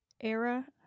era